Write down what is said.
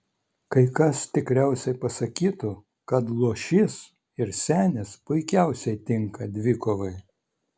kai kas tikriausiai pasakytų kad luošys ir senis puikiausiai tinka dvikovai